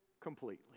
completely